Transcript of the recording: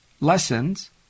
lessons